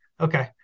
Okay